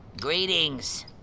Greetings